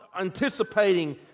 anticipating